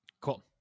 Cool